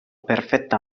perfetta